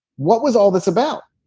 what was all this about?